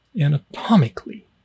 anatomically